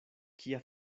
kia